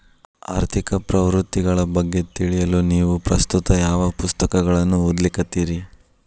ಆರ್ಥಿಕ ಪ್ರವೃತ್ತಿಗಳ ಬಗ್ಗೆ ತಿಳಿಯಲು ನೇವು ಪ್ರಸ್ತುತ ಯಾವ ಪುಸ್ತಕಗಳನ್ನ ಓದ್ಲಿಕತ್ತಿರಿ?